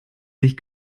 sich